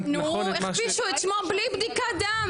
הכפישו את שמם בלי בדיקת דם.